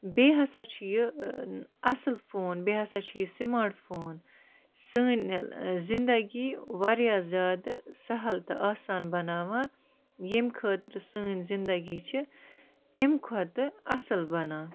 بیٚیہِ ہَسا چھُ یہِ اَصٕل فون بیٚیہِ ہَسا چھِ یہِ سِماٹ فون سٲنۍ زِندَگی واریاہ زیادٕ سَہَل تہٕ آسان بَناوان ییٚمہِ خٲطرٕ سٲنۍ زِندَگی چھِ اَیٚمہِ کھۄتہٕ اَصٕل بَنان